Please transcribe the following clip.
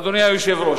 אדוני היושב-ראש,